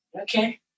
Okay